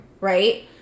Right